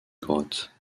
grotte